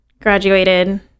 graduated